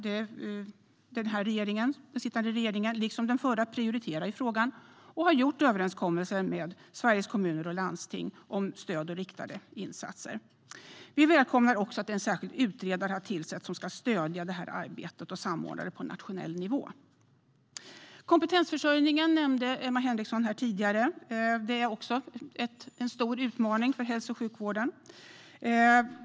Sittande regering prioriterar frågan, liksom den förra regeringen, och har gjort överenskommelser med Sveriges Kommuner och Landsting om stöd och riktade insatser. Vi välkomnar också att en särskild utredare har utsetts som ska stödja arbetet och samordna det på nationell nivå. Kompetensförsörjning nämnde Emma Henriksson tidigare. Det är också en stor utmaning för hälso och sjukvården.